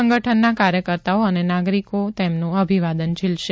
સંગઠનના કાર્યકર્તાઓ અને નાગરિકો તેમનું અભિવાદન ઝીલશે